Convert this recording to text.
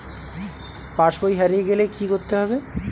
পাশবই হারিয়ে গেলে কি করতে হবে?